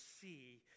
see